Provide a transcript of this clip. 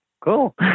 cool